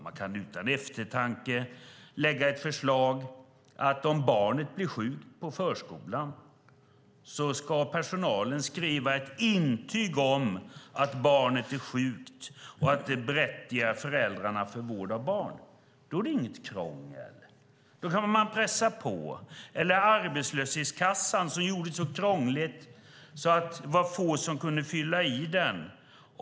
Man kan utan eftertanke lägga fram ett förslag att om barnet blir sjukt när det går på förskolan ska personalen skriva ett intyg om att barnet är sjukt och att det berättigar föräldrarna till att anmäla vård av barn. Då är det inget krångel. Då går det att pressa på. Arbetslöshetskassan gjordes så krånglig att det var få som kunde fylla i blanketten.